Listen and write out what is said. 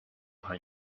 her